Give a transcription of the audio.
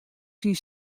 syn